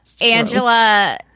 Angela